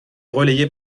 relayé